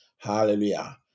Hallelujah